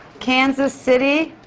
kansas city.